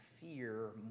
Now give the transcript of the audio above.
fear